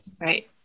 Right